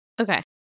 Okay